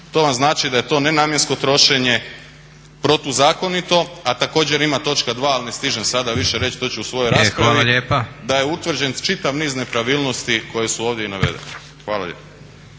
To vam znači da je to nenamjensko trošenje protuzakonito, a također ima točka 2 ali ne stižem sada više reći, to ću u svojoj raspravi, da je utvrđen čitav niz nepravilnosti koje su ovdje i navedene. Hvala lijepo.